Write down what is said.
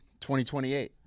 2028